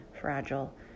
fragile